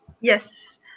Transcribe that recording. Yes